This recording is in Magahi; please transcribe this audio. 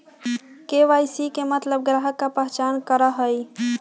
के.वाई.सी के मतलब ग्राहक का पहचान करहई?